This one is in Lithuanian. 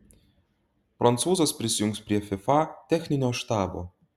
prancūzas prisijungs prie fifa techninio štabo